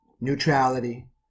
neutrality